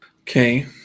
Okay